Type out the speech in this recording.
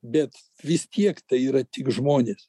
bet vis tiek tai yra tik žmonės